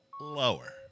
Lower